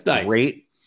great